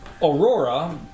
Aurora